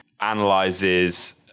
analyzes